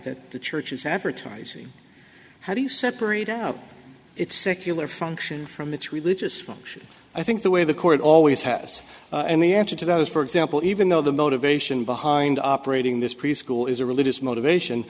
that the church is advertising how do you separate out its secular function from its religious function i think the way the court always has and the answer to those for example even though the motivation behind operating this preschool is a religious motivation